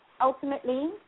ultimately